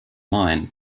mine